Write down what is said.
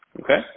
okay